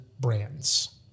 brands